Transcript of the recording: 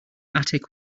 attic